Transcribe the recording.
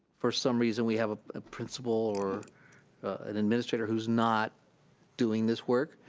for some reason, we have a ah principal or an administrator who's not doing this work,